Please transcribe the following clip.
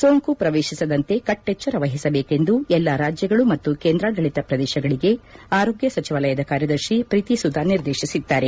ಸೋಂಕು ಪ್ರವೇಶಿಸದಂತೆ ಕಟ್ಟೆಚ್ಚರ ವಹಿಸಬೇಕೆಂದು ಎಲ್ಲಾ ರಾಜ್ಯಗಳು ಮತ್ತು ಕೇಂದ್ರಾಡಳತ ಪ್ರದೇಶಗಳಿಗೆ ಆರೋಗ್ಯ ಸಚಿವಾಲಯದ ಕಾರ್ಯದರ್ಶಿ ಪ್ರೀತಿ ಸುದಾನ್ ನಿರ್ದೇಶಿಸಿದ್ದಾರೆ